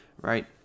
right